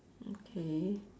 okay